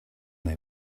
they